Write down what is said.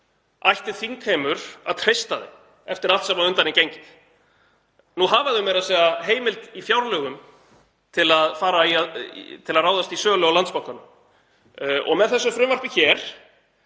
ætti þingheimur að treysta þeim eftir allt sem á undan er gengið? Nú hafa þau meira að segja heimild í fjárlögum til að ráðast í sölu á Landsbankanum. Með þessu frumvarpi hér